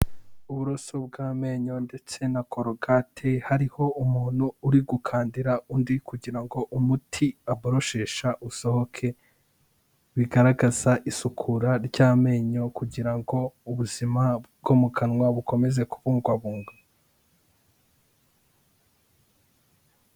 Uburoso bw'amenyo ndetse na korogate, hariho umuntu uri gukandara undi kugira ngo umuti aboroshesha usohoke, bigaragaza isukura ry'amenyo kugira ngo ubuzima bwo mu kanwa bukomeze kubungwabungwa.